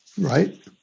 Right